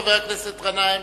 חבר הכנסת גנאים,